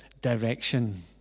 direction